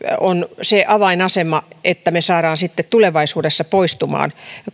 on siinä avainasemassa että me vastaamme sitten tulevaisuudessa poistumaan